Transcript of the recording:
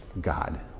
God